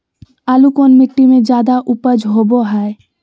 आलू कौन मिट्टी में जादा ऊपज होबो हाय?